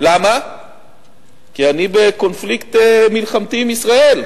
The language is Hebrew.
כי אני בקונפליקט מלחמתי עם ישראל,